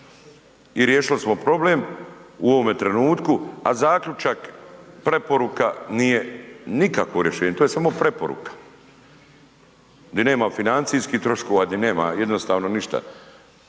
I riješili smo problem u ovome trenutku, a zaključak, preporuka nije nikakvo rješenje, to je samo preporuka. Di nema financijskih troškova, di nema jednostavno ništa.